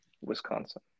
wisconsin